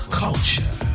culture